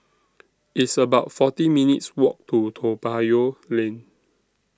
It's about forty minutes' Walk to Toa Payoh Lane